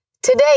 Today